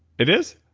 it is?